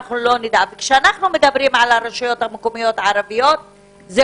כשאנחנו מדברים על הרשויות המקומיות הערביות זה